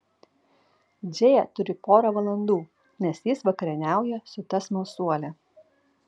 džėja turi porą valandų nes jis vakarieniauja su ta smalsuole